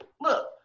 Look